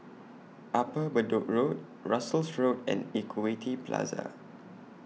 Upper Bedok Road Russels Road and Equity Plaza